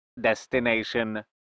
Destination